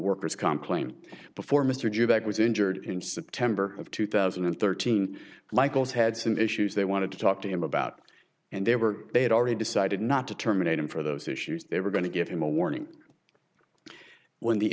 worker's comp claim before mr jack was injured in september of two thousand and thirteen lycos had some issues they wanted to talk to him about and they were they had already decided not to terminate him for those issues they were going to give him a warning when the